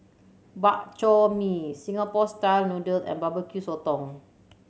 Bak Chor Mee Singapore style noodle and Barbecue Sotong